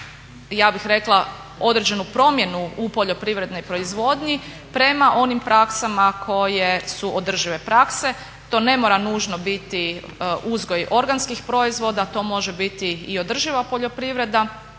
ja bih rekla određenu promjenu u poljoprivrednoj proizvodnji prema onim praksama koje su održive prakse. To ne mora nužno biti uzgoj organskih proizvoda, to može biti i održiva poljoprivreda